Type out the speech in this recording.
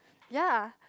ya